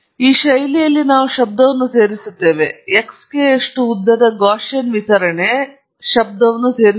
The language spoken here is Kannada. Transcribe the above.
ಈ ಶೈಲಿಯಲ್ಲಿ ನಾವು ಶಬ್ದವನ್ನು ಸೇರಿಸುತ್ತೇವೆ ನಾವು xk ಯಷ್ಟು ಉದ್ದದ ಗಾಸಿಯನ್ ವಿತರಣೆ ಶಬ್ದವನ್ನು ಸೇರಿಸುತ್ತೇವೆ